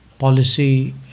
policy